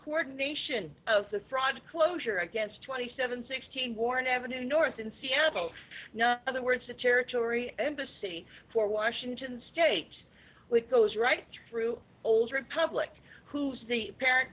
coordination of the fraud closure against twenty seven sixteen born ave north in seattle other words the territory embassy for washington state which goes right through old republic who's the parent